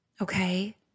Okay